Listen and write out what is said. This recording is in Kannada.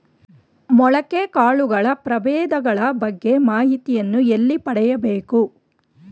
ಮೊಳಕೆ ಕಾಳುಗಳ ಪ್ರಭೇದಗಳ ಬಗ್ಗೆ ಮಾಹಿತಿಯನ್ನು ಎಲ್ಲಿ ಪಡೆಯಬೇಕು?